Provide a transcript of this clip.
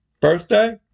Birthday